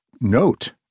note